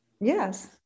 Yes